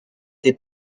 des